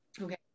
Okay